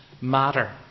matter